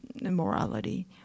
morality